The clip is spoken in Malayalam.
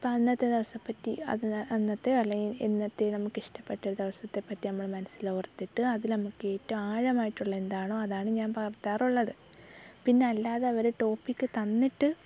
ഇപ്പം അന്നത്തെ ദിവസപറ്റി അത് അന്നത്തെയോ അല്ലെങ്കിൽ എന്നത്തെ നമുക്ക് ഇഷ്ടപ്പെട്ട ഒരു ദിവസത്തെ പറ്റി നമ്മൾ മനസ്സിൽ ഓർത്തിട്ട് അതിൽ നമുക്ക് ഏറ്റവും ആഴമായിട്ടുള്ള എന്താണോ അതാണ് ഞാൻ പകർത്താറുള്ളത് പിന്നെ അല്ലാതെ അവർ ടോപ്പിക് തന്നിട്ട്